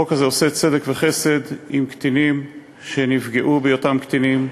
החוק הזה עושה צדק וחסד עם קטינים שנפגעו בהיותם קטינים.